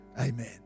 Amen